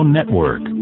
Network